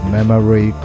Memory